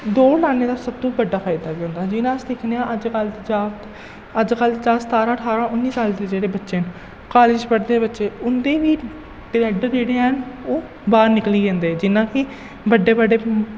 दौड़ लाने दा सब तों बड्डा फायदा केह् होंदा जिन्ना अस दिक्खने आं अजकल्ल जागत अजकल्ल जागत सतारां ठारां उन्नी साल दे जेह्ड़े बच्चे न कालज पढ़दे बच्चे उं'दे बी ढिड्ढ जेह्ड़े हैन ओह् बाह्र निकली जंदे जिन्ना कि बड्डे बड्डे